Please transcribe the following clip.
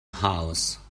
house